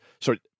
Sorry